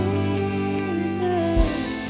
Jesus